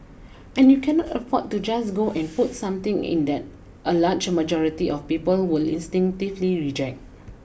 and you cannot afford to just go and put something in that a large majority of people will instinctively reject